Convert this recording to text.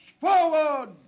forward